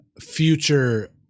future